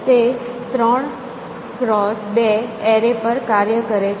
એ ત્રણ ક્રોસ બે એરે પર કાર્ય કરે છે